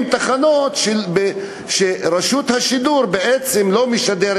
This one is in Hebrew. תחנות שרשות השידור בעצם לא משדרת.